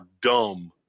dumb